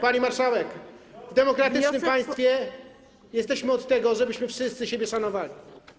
Pani marszałek, w demokratycznym państwie jesteśmy od tego, żebyśmy wszyscy siebie szanowali.